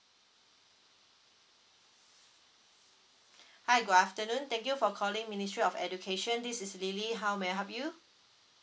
hi good afternoon thank you for calling ministry of education this is lily how may I help you